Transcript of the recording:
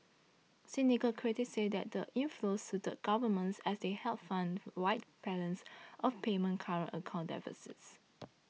cynical critics say that the inflows suited governments as they helped fund wide balance of payment current account deficits